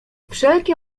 wszelkie